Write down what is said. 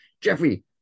Jeffrey